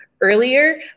earlier